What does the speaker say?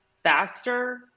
faster